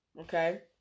Okay